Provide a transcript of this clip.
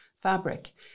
fabric